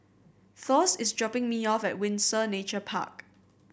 Thos is dropping me off at Windsor Nature Park